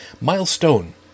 milestone